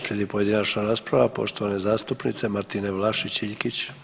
Slijedi pojedinačna rasprava poštovane zastupnice Martine Vlašić Iljkić.